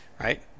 right